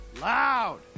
Loud